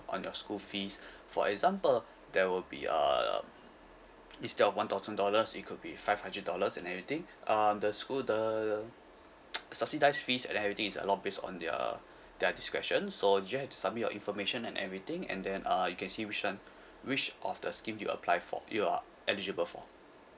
on your school fees for example there will be uh instead of one thousand dollars it could be five hundred dollars and everything um the school the subsidised fees and everything is a lot based on their their discretion so you have to submit your information and everything and then uh you can see which one which of the scheme you apply for you are eligible for